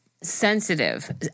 Sensitive